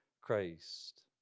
Christ